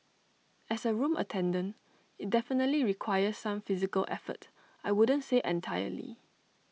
as A room attendant IT definitely requires some physical effort I wouldn't say entirely